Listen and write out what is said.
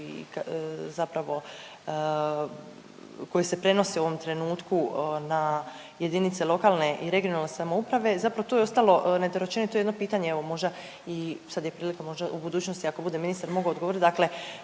zapravo koje se prenose u ovom trenutku na jedinice lokalne i regionalne samouprave, zapravo tu je ostalo nedorečeno to je jedno pitanje evo možda i sad je prilika možda u budućnosti ako bude ministar mogu odgovoriti,